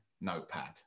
Notepad